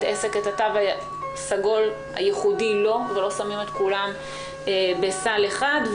עסק את התו הסגול הייחודי לו ולא שמים את כולם בסל אחד,